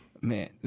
man